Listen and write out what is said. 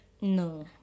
no